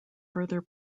further